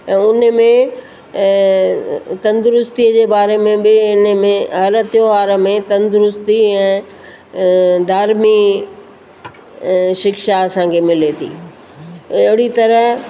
त उन में तंदुरुस्तीअ जे बारे में बि इन में हर त्योहार में तंदुरुस्ती ऐं धार्मी शिक्षा असांखे मिले थी अहिड़ी तरह